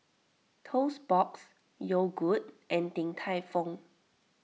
Toast Box Yogood and Din Tai Fung